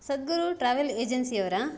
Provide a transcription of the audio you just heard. ಸದ್ಗುರು travel agency ಅವರಾ